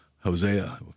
Hosea